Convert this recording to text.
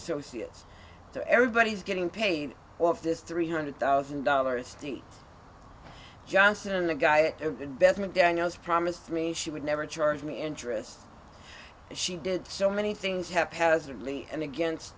associates so everybody's getting paid off this three hundred thousand dollars steve johnson the guy and investment daniels promised me she would never charge me interest she did so many things have hasn't lee and against